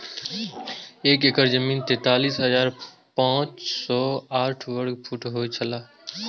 एक एकड़ जमीन तैंतालीस हजार पांच सौ साठ वर्ग फुट होय छला